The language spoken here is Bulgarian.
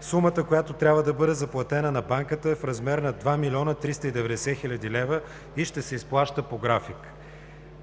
Сумата, която трябва да бъде заплатена на банката е в размер на 2 390 000 лв. и ще се изплаща по график.